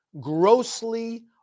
grossly